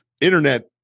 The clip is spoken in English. internet